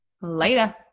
Later